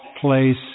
place